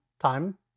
time